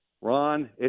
Ron